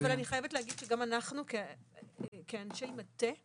אבל אני חייבת להגיד שגם אנחנו כאנשי מטה,